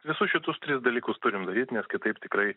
visus šitus tris dalykus turim daryt nes kitaip tikrai